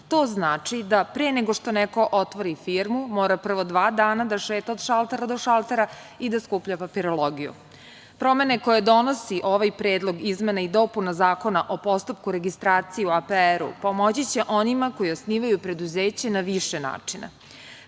To znači da pre nego što neko otvori firmu mora prvo dva dana da šeta od šaltera do šaltera i da skuplja papirologiju. Promene koje donosi ovaj predlog izmena i dopuna Zakona o postupku registracije u APR-u pomoći će onima koji osnivaju preduzeće na više načina. Prvo